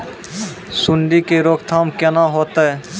सुंडी के रोकथाम केना होतै?